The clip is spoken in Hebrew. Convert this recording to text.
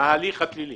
ההליך הפלילי.